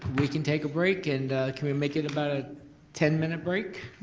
we can take a break and can we make it about a ten minute break?